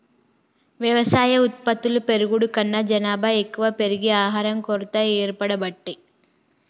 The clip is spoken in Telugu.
వ్యవసాయ ఉత్పత్తులు పెరుగుడు కన్నా జనాభా ఎక్కువ పెరిగి ఆహారం కొరత ఏర్పడబట్టే